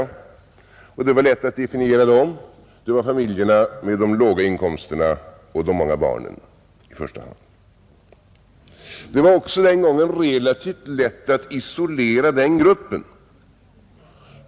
Det var lätt att definiera dem. Det var i första hand familjerna med de låga inkomsterna och de många barnen. Det var också den gången relativt lätt att isolera den gruppen.